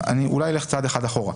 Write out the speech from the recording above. אולי אני אלך צעד אחד אחורה.